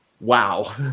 wow